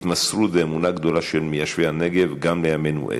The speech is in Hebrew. התמסרות ואמונה גדולה של מיישבי הנגב גם לימינו אלה.